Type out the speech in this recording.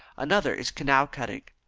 another is canal-cutting.